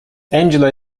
angela